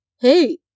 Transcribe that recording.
Hey